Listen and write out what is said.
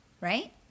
right